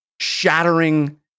shattering